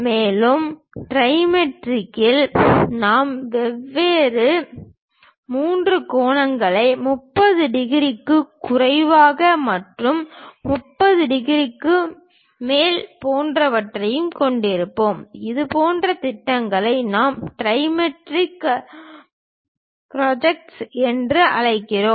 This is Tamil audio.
மேலும் ட்ரிமெட்ரிக்கில் நாம் வெவ்வேறு மூன்று கோணங்களையும் 30 டிகிரிக்கு குறைவான மற்றும் 30 டிகிரிக்கு மேல் போன்றவற்றையும் கொண்டிருப்போம் இதுபோன்ற திட்டங்களை நாம் ட்ரைமெட்ரிக் ப்ரெஜெக்ட்ஸ் என்று அழைக்கிறோம்